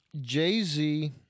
Jay-Z